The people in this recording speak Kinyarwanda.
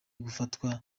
gufatwa